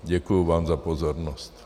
Děkuji vám za pozornost.